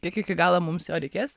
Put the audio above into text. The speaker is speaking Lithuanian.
kiek iki galo mums jo reikės